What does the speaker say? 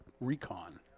recon